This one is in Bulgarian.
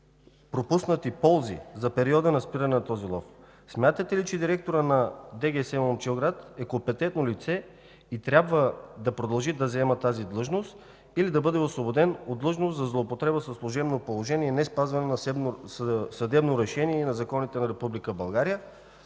пропуснати ползи за периода на спиране на този лов. Смятате ли, че директорът на ДГС – Момчилград, е компетентно лице и трябва да продължи да заема тази длъжност или да бъде освободен от длъжност за злоупотреба със служебно положение и неспазване на съдебно решение и на законите на